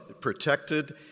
protected